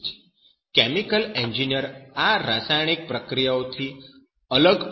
તેથી જ chemical engineer આ રાસાયણિક પ્રક્રિયાઓથી અલગ પણ કાર્ય કરી શકે છે